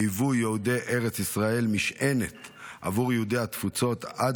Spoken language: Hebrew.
היו יהודי ארץ ישראל משענת בעבור יהודי התפוצות עד